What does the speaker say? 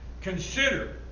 consider